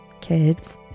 kids